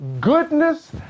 goodness